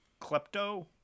Klepto